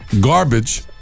garbage